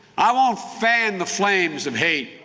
i want fanned the flames of hate.